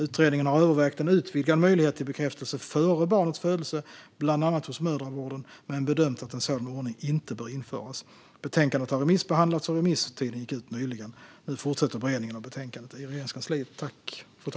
Utredningen har övervägt en utvidgad möjlighet till bekräftelse före barnets födelse, bland annat hos mödravården, men bedömt att en sådan ordning inte bör införas. Betänkandet har remissbehandlats, och remisstiden gick ut nyligen. Nu fortsätter beredningen av betänkandet i Regeringskansliet.